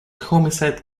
homicide